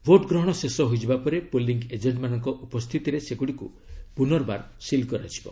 vote ଗ୍ରହଣ ଶେଷ ହୋଇଯିବା ପରେ ପୋଲିଂ ଏଜେଣ୍ଟମାନଙ୍କ ଉପସ୍ଥିତିରେ ସେଗୁଡ଼ିକୁ ପୁନର୍ବାର ସିଲ୍ କରାଯିବ